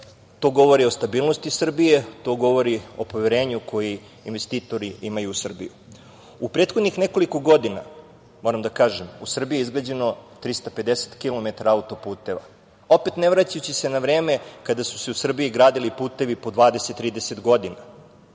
To govori o stabilnosti Srbije, to govori o poverenju koje investitori imaju u Srbiju.U prethodnih nekoliko godina, moram da kažem, u Srbiji je izgrađeno 350 kilometara autoputeva. Opet, ne vraćajući se na vreme kada su se u Srbiji gradili putevi po 20, 30 godina,